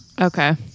Okay